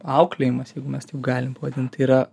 auklėjimas jeigu mes taip galim pavadint tai yra